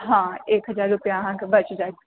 हाँ एक हजार रुपआ अहाँकेँ बचि जाएत